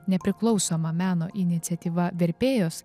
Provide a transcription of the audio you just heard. nepriklausoma meno iniciatyva verpėjos